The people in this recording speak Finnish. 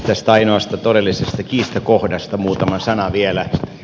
tästä ainoasta todellisesta kiistakohdasta muutama sana vielä